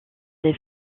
les